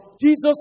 Jesus